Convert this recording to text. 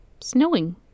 ...snowing